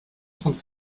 trente